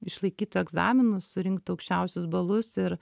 išlaikytų egzaminus surinktų aukščiausius balus ir